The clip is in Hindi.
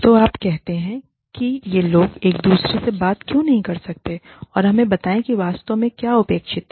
तो आप कहते हैं कि ये लोग एक दूसरे से बात क्यों नहीं कर सकते हैं और हमें बताएं कि वास्तव में क्या अपेक्षित है